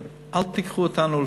אל תיקחו אותנו,